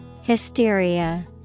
Hysteria